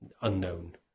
unknown